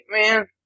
man